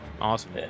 Awesome